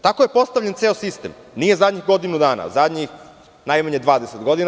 Tako je postavljen ceo sistem, nije zadnjih godinu dana, zadnjih najmanje 20 godina.